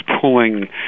pulling